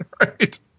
right